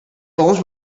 bones